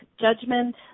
judgment